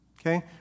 Okay